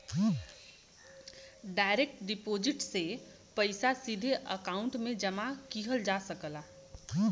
direct deposit से पइसा सीधे अकांउट में जमा किहल जा सकला